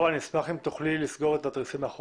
אני מבקשת להשאיר את המלים "שינוי מהותי בשטחו".